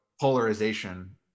polarization